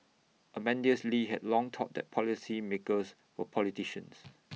Amadeus lee had long thought that policymakers were politicians